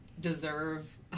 deserve